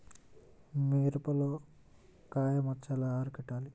మిరపలో కాయ మచ్చ ఎలా అరికట్టాలి?